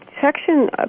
section